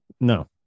no